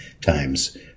times